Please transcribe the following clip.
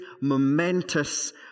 momentous